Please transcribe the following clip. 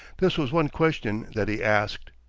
this was one question that he asked.